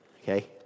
Okay